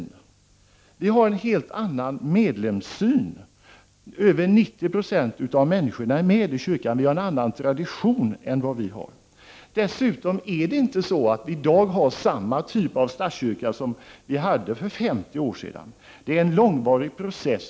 Vi har inom svenska kyrkan en helt annan medlemssyn. Över 90 96 av människorna i landet är med i kyrkan. Vi har en annan tradition än vad ni har. Dessutom har vi i dag inte samma typ av statskyrka som för 50 år sedan. Det pågår en långvarig process.